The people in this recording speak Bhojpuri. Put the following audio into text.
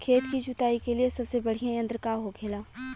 खेत की जुताई के लिए सबसे बढ़ियां यंत्र का होखेला?